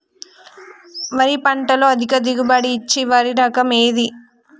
వరి పంట లో అధిక దిగుబడి ఇచ్చే వరి రకం ఏది?